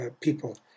people